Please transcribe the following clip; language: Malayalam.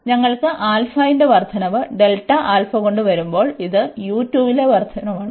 അതിനാൽ ഞങ്ങൾ ന്റെ വർദ്ധനവ് കൊണ്ട് വരുത്തുമ്പോൾ ഇത് ലെ വർദ്ധനവാണ്